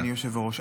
בבקשה.